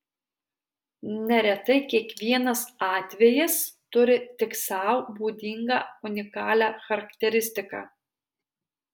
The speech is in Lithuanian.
neretai kiekvienas atvejis turi tik sau būdingą unikalią charakteristiką